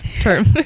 term